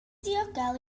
ddiogel